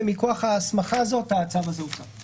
ומכוח ההסמכה הזאת, הצו הזה הוצא.